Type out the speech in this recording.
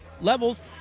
levels